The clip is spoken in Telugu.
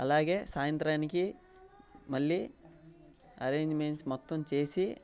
అలాగే సాయంత్రానికి మళ్ళీ అరెంజ్మెంట్స్ మొత్తం చేసి